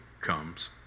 comes